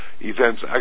events